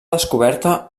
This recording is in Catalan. descoberta